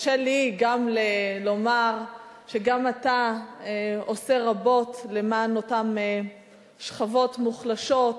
תרשה לי גם לומר שגם אתה עושה רבות למען אותן שכבות מוחלשות,